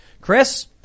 chris